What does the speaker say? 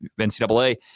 ncaa